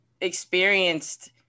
experienced